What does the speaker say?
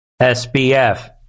SBF